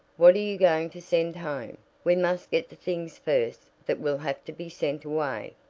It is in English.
what are you going to send home? we must get the things first that will have to be sent away.